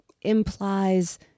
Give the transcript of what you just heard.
implies